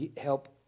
help